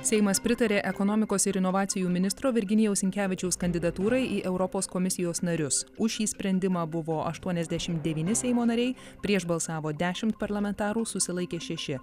seimas pritarė ekonomikos ir inovacijų ministro virginijaus sinkevičiaus kandidatūrai į europos komisijos narius už šį sprendimą buvo aštuoniasdešim devyni seimo nariai prieš balsavo dešimt parlamentarų susilaikė šeši